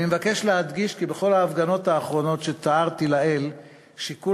אני מבקש להדגיש כי בכל ההפגנות האחרונות שתיארתי לעיל שיקול